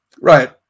Right